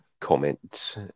comment